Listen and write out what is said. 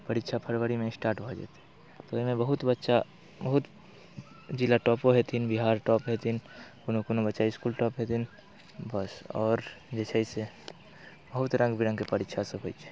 परीक्षा फरवरीमे स्टार्ट भऽ जेतै तऽ ओहिमे बहुत बच्चा बहुत जिला टॉपर हेथिन बिहार टॉप हेथिन कोनो कोनो बच्चा इस्कुल टॉप हेथिन बस आओर जे छै से बहुत रङ्ग बिरङ्गके परीक्षासभ होइत छै